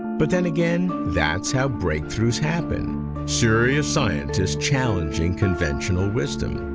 but then, again, that's how breakthroughs happen serious scientists challenging conventional wisdom.